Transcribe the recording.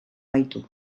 baitu